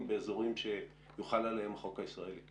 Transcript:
באזורים שיוחל עליהם החוק הישראלי?